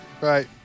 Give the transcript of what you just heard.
Right